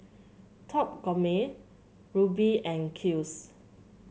Top Gourmet Rubi and Kiehl's